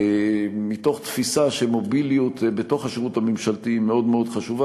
מתוך תפיסה שמוביליות בתוך השירות הממשלתי היא מאוד מאוד חשובה.